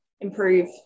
improve